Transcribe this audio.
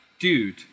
Dude